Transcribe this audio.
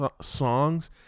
songs